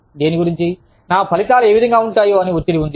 దేని గురించి నా ఫలితాలు ఏ విధంగా ఉంటాయో అని ఒత్తిడి ఉంది